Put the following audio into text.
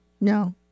No